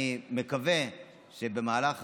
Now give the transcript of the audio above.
אני מקווה שבמהלך